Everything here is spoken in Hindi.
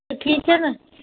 तो ठीक है ना